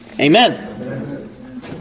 Amen